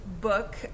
book